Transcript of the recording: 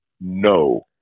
no